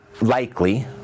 likely